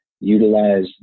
utilize